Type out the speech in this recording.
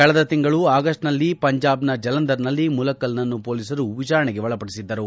ಕಳೆದ ತಿಂಗಳು ಆಗಸ್ಟ್ನಲ್ಲಿ ಪಂಜಾಬ್ನ ಜಲಂಧರ್ನಲ್ಲಿ ಬಿಷಫ್ರನ್ನು ಮೊಲೀಸರು ವಿಚಾರಣೆಗೆ ಒಳಪಡಿಸಿದ್ದರು